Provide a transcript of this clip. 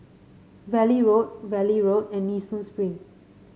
Valley Road Valley Road and Nee Soon Spring